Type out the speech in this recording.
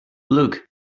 look